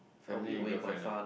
family and girlfriend ah